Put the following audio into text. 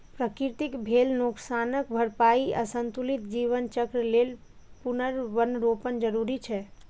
प्रकृतिक भेल नोकसानक भरपाइ आ संतुलित जीवन चक्र लेल पुनर्वनरोपण जरूरी छै